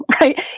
right